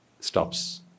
stops